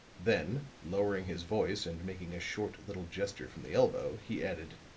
then lowering his voice and making a short little gesture from the elbow, he added